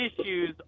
issues